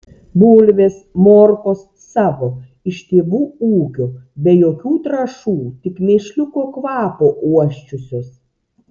bulvės morkos savo iš tėvų ūkio be jokių trąšų tik mėšliuko kvapo uosčiusios